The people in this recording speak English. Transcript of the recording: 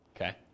Okay